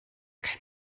kein